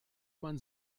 man